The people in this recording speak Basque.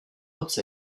hotz